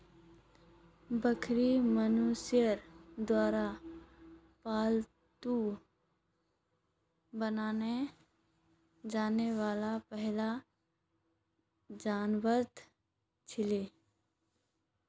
बकरी मनुष्यर द्वारा पालतू बनाल जाने वाला पहला जानवरतत छिलो